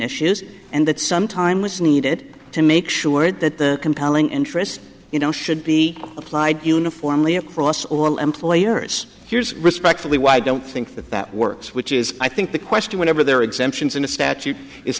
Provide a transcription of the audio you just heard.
issues and that some time was needed to make sure that the compelling interest you know should be applied uniformly across all employers here's respectfully why i don't think that that works which is i think the question whenever there are exemptions in a statute is